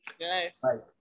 Nice